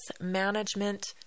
management